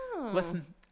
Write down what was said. Listen